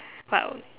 but I'll